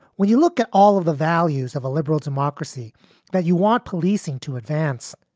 when you look at all of the values of a liberal democracy that you want policing to advance,